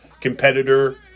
competitor